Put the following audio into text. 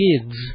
kids